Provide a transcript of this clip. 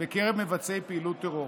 בקרב מבצעי פעילות טרור.